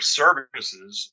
services